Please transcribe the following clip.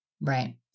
Right